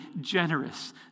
generous